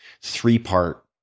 three-part